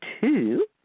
two